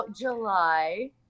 July